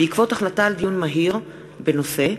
בעקבות דיון מהיר בנושא: